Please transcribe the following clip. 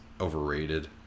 overrated